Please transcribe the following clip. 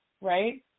right